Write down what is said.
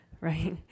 right